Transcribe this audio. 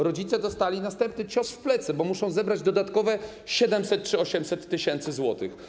Rodzice dostali następny cios w plecy, bo muszą zebrać dodatkowe 700 tys. czy 800 tys. zł.